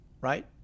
right